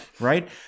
Right